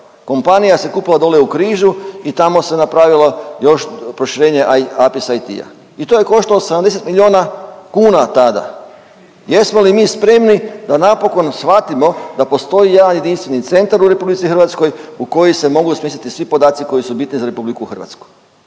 kompanija se kupila dolje u Križu i tamo se napravilo još proširenje APIS IT-a i to je koštalo 70 milijuna kuna tada. Jesmo li mi spremni da napokon shvatimo da postoji jedan jedinstveni centar u RH u koji se mogu smjestiti svi podaci koji su bitni za RH. Jesmo